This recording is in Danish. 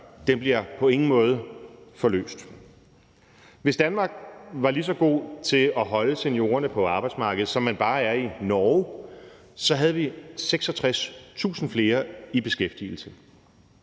udgør – på ingen måde bliver forløst. Hvis Danmark var lige så god til at holde seniorerne på arbejdsmarkedet, som man er i Norge, havde vi 66.000 flere i beskæftigelse.